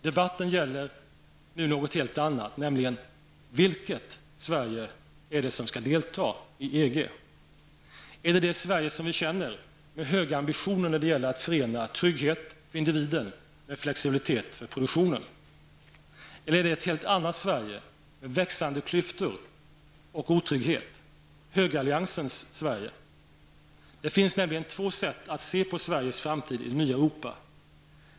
Debatten gäller nu något helt annat, nämligen vilket Sverige som skall delta i EG. Är det det Sverige som vi känner, med höga ambitioner när det gäller att förena trygghet för individen med flexibilitet för produktionen? Eller är det ett helt annat Sverige, med växande klyftor och otrygghet, högeralliansens Sverige? Det finns nämligen två sätt att se på Sveriges framtid i det nya Europa.